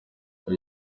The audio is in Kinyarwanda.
icyo